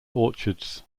orchards